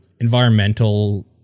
environmental